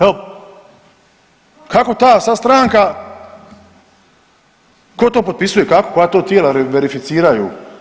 Evo, kako ta sad stranka, tko to potpisuje, kako, koja to tijela verificiraju.